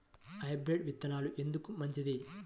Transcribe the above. Hybrid విత్తనాలు ఎందుకు మంచిది?